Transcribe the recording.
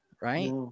right